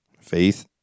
Faith